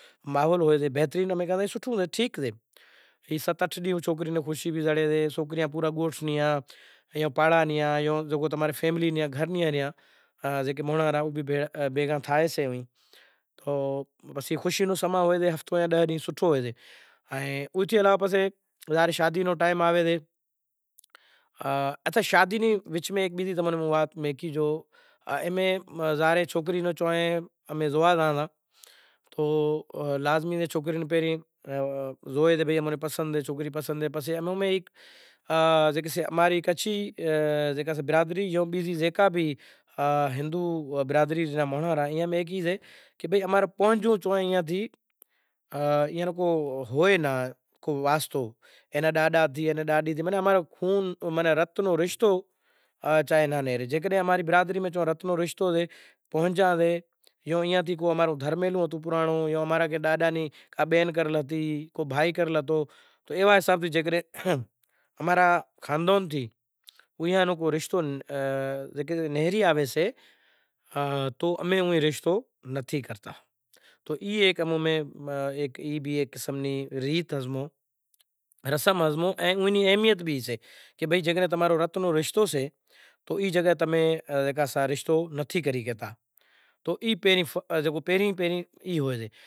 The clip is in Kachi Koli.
نشکام بھگتی کر رہے سو فرض ماں بھگتی کرے ریو سے تو وشوامنتر کیدہو کہ ہوں تماں ناں اوس اے پرکھ لیش تو گرو دیو کیدہو توں اوس بھلے ہی پارکھ لے۔ وشوا منتر ایئں تھے نیہکریا راجا ہریچند نی راجدھانی میں پوہتیا زا رے محلات اندر ڈھڑیا تو ماتھے راجا ہریچندر اترتا ریا تو وشوامنتر کیدہو ہوں ہوے راج پاٹ مانگی لیو سوں پنڑ گرو نی دیا پرماتما نی ایوی ہتی کہ راجا منتر وشوامنتر نو مونڈو بھی ناں کھلیو تو زا تی راجا ہریچندر نی ملکیت نی راجدھانی ای مانگی لیو تو وشوامنتر من میں ویچار کریو کہ برابر شکتی تو سے، وشوامنتر تو وڑی پاچھا آیا وڑے ویچار کریو کہ ہوے چیوں کراں تھی تو راجا ہریچندر جو ریا ای پوہتا نوں راجدھانی ای منو بدہو ئی ہالے ناکھے تو پوہتے ئی شوں کریو راجا ہریچند جاتا تو پوہتانیں وشوامنتر سپنا میں جگاڑے اپسرانڑیوں رمتیوں تھیوں